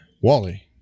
wally